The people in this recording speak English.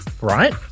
Right